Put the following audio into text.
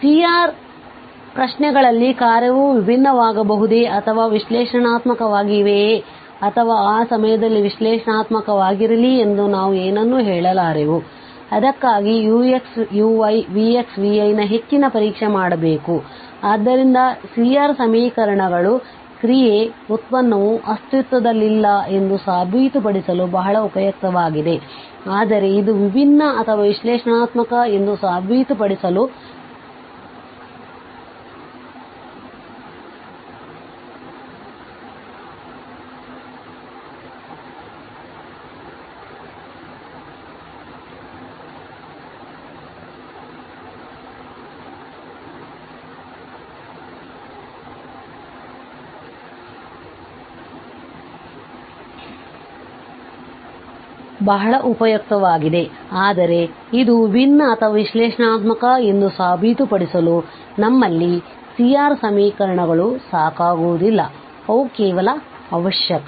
ಆದ್ದರಿಂದ C R ಪ್ರಶ್ನೆಗಳಲ್ಲಿ ಕಾರ್ಯವು ವಿಭಿನ್ನವಾಗಬಹುದೇ ಅಥವಾ ವಿಶ್ಲೇಷಣಾತ್ಮಕವಾಗಿದೆಯೇ ಅಥವಾ ಆ ಸಮಯದಲ್ಲಿ ವಿಶ್ಲೇಷಣಾತ್ಮಕವಾಗಿರಲಿ ಎಂದು ನಾವು ಏನನ್ನೂ ಹೇಳಲಾರೆವು ಅದಕ್ಕಾಗಿ ನಾವು ಈ ux uy vx vyನ ಹೆಚ್ಚಿನ ಪರೀಕ್ಷೆ ಮಾಡಬೇಕು ಮತ್ತು ಆದ್ದರಿಂದ ಈ C R ಸಮೀಕರಣಗಳು ಕ್ರಿಯೆ ಉತ್ಪನ್ನವು ಅಸ್ತಿತ್ವದಲ್ಲಿಲ್ಲ ಎಂದು ಸಾಬೀತುಪಡಿಸಲು ಬಹಳ ಉಪಯುಕ್ತವಾಗಿದೆ ಆದರೆ ಇದು ವಿಭಿನ್ನ ಅಥವಾ ವಿಶ್ಲೇಷಣಾತ್ಮಕ ಎಂದು ಸಾಬೀತುಪಡಿಸಲು ನಮ್ಮಲ್ಲಿ C R ಸಮೀಕರಣಗಳು ಸಾಕಾಗುವುದಿಲ್ಲ ಅವು ಕೇವಲ ಅವಶ್ಯಕ